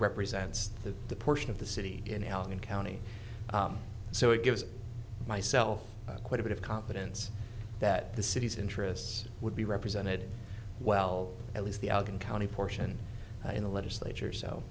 represents the portion of the city in allen county so it gives myself quite a bit of confidence that the city's interests would be represented well at least the out and county portion in the legislature s